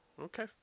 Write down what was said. Okay